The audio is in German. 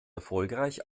erfolgreich